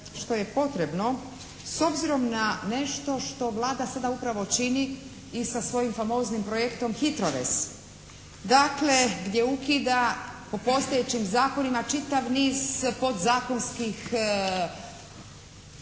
što je potrebno s obzirom na nešto što Vlada sada upravo čini i sa svojim famoznim projektom HITRORez. Dakle, gdje ukida po postojećim zakonima čitav niz podzakonskih